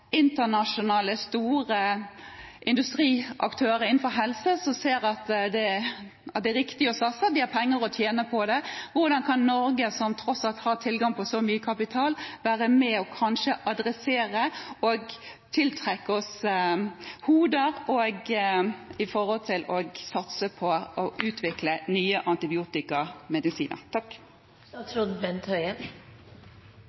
internasjonale, store industriaktører innenfor helse som ser at det er riktig å satse, og at det er penger å tjene på det. Hvordan kan vi i Norge, som tross alt har tilgang på så mye kapital, klare å tiltrekke oss hoder for å satse på å utvikle nye antibiotikamedisiner?